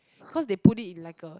cause they put it in like a